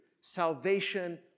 Salvation